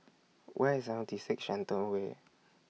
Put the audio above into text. Where IS seventy six Shenton Way